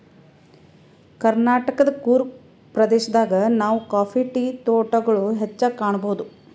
ಕರ್ನಾಟಕದ್ ಕೂರ್ಗ್ ಪ್ರದೇಶದಾಗ್ ನಾವ್ ಕಾಫಿ ಟೀ ತೋಟಗೊಳ್ ಹೆಚ್ಚಾಗ್ ಕಾಣಬಹುದ್